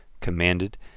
Commanded